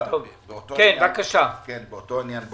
באותו עניין.